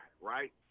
right